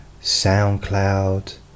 SoundCloud